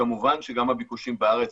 וכמובן שגם הביקושים בארץ,